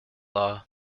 law